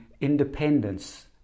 independence